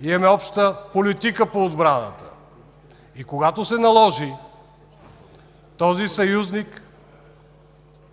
имаме обща политика по отбраната и когато се наложи, този съюзник